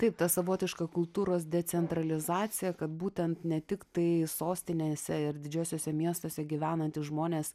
taip ta savotiška kultūros decentralizacija kad būtent ne tiktai sostinėse ir didžiuosiuose miestuose gyvenantys žmonės